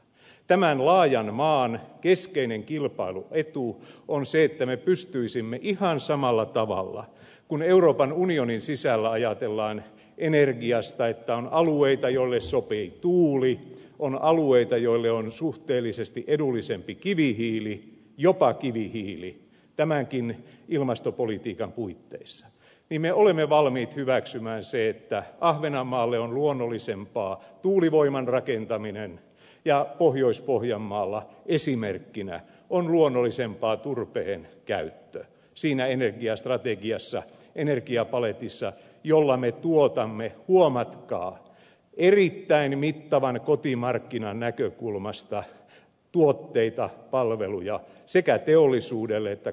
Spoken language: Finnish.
tämän laajan maan keskeinen kilpailuetu on se että me pystyisimme ihan samalla tavalla kuin euroopan unionin sisällä ajatellaan energiasta että on alueita joille sopii tuuli on alueita joille on suhteellisesti edullisempi kivihiili jopa kivihiili tämänkin ilmastopolitiikan puitteissa hyväksymään sen että ahvenanmaalle on luonnollisempaa tuulivoiman rakentaminen ja pohjois pohjanmaalla esimerkkinä on luonnollisempaa turpeen käyttö siinä energiastrategiassa energiapaletissa jolla me tuotamme huomatkaa erittäin mittavan kotimarkkinan näkökulmasta tuotteita palveluja sekä teollisuudelle että kansalaisille